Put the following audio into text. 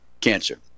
cancer